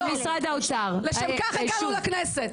לשם כך הגענו לכנסת.